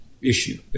issue